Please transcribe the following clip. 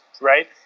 right